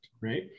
right